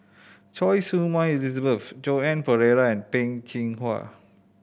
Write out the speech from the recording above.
Choy Su Moi Elizabeth Joan Pereira and Peh Chin Hua